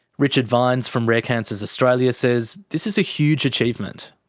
richard vines from rare cancers australia says this is a huge achievement.